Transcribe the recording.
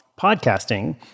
podcasting